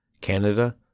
Canada